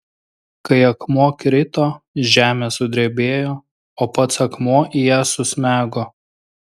kai akmuo krito žemė sudrebėjo o pats akmuo į ją susmego